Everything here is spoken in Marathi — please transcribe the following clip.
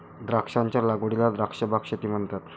द्राक्षांच्या लागवडीला द्राक्ष बाग शेती म्हणतात